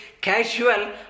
casual